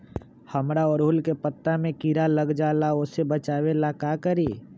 हमरा ओरहुल के पत्ता में किरा लग जाला वो से बचाबे ला का करी?